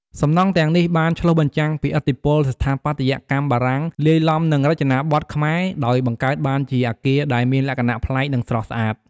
សំណង់ទាំងនេះបានឆ្លុះបញ្ចាំងពីឥទ្ធិពលស្ថាបត្យកម្មបារាំងលាយឡំនឹងរចនាបថខ្មែរ ដោយបង្កើតបានជាអគារដែលមានលក្ខណៈប្លែក និងស្រស់ស្អាត។